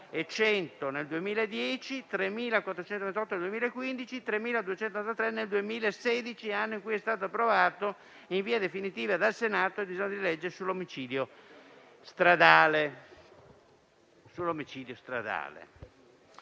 4.100 nel 2010, 3.428 nel 2015 e 3.283 nel 2016, anno in cui è stato approvato in via definitiva dal Senato il disegno di legge sull'omicidio stradale.